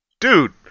Dude